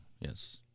yes